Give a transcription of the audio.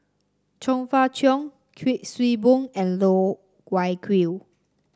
Chong Fah Cheong Kuik Swee Boon and Loh Wai Kiew